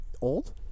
Old